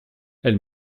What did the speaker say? elle